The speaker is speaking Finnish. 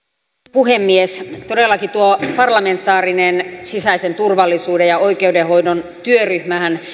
puhemies todellakin tuo parlamentaarinen sisäisen turvallisuuden ja oikeudenhoidon työryhmähän